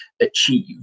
achieve